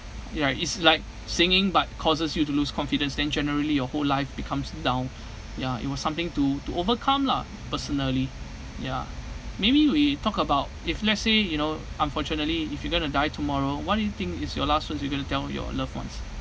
ya is like singing but causes you to lose confidence then generally your whole life becomes down ya it was something to to overcome lah personally ya maybe we talk about if let's say you know unfortunately if you're going to die tomorrow what do you think is your last words you're going to tell your love ones